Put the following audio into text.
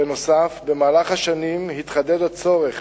בנוסף, במהלך השנים התחדד הצורך